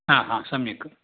हा हा सम्यक्